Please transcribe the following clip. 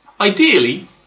Ideally